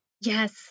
Yes